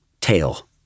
tail